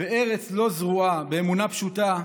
בארץ לא זרועה, באמונה פשוטה,